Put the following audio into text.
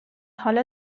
حالا